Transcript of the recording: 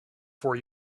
for